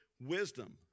wisdom